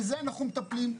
בזה אנחנו מטפלים.